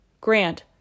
Grant